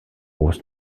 was